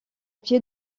pied